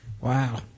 Wow